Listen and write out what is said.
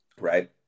right